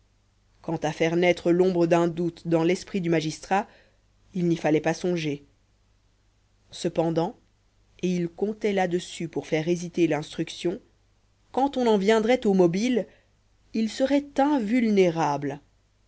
quant à faire naître l'ombre d'un doute dans l'esprit du magistrat il n'y fallait pas songer cependant et il comptait là-dessus pour faire hésiter l'instruction quand on en viendrait aux mobiles il serait invulnérable